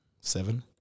seven